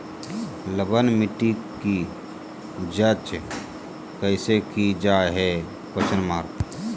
लवन मिट्टी की जच कैसे की जय है?